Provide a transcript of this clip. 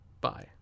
Bye